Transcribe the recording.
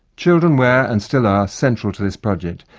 children were and still are central to this project,